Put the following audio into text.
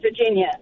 Virginia